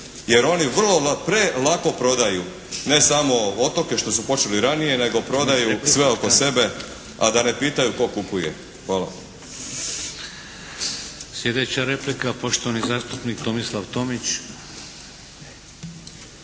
jer oni vrlo prelako prodaju, ne samo otoke što su počeli ranije, nego prodaju sve oko sebe, a da ne pitaju tko kupuje. Hvala.